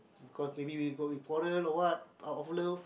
because maybe because we foreign or what out of owner